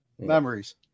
memories